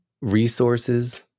resources